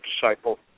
disciple